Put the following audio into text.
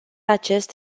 acest